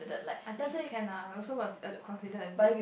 I think can lah also was considered a date